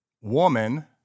woman